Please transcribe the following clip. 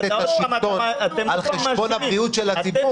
את השלטון על חשבון הבריאות של הציבור,